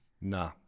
Nah